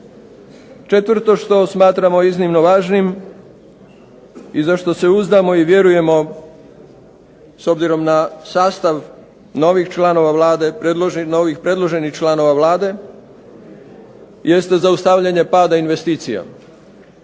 Četvrto, što smatramo iznimno važnim i za što se uzdamo i vjerujemo s obzirom na sastav novih članova Vlade, novih predloženih članova Vlade jeste zaustavljanje pada investicija,